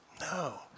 No